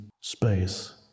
space